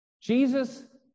Jesus